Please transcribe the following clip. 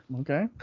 okay